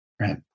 right